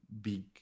big